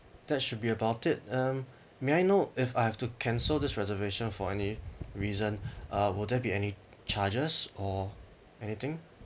that should be about it um may I know if I have to cancel this reservation for any reason uh will there be any charges or anything